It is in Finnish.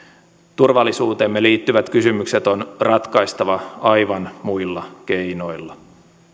turvallisuuteemme liittyvät kysymykset on ratkaistava aivan muilla keinoilla